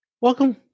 Welcome